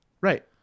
Right